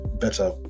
better